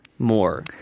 More